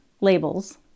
labels